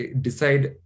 decide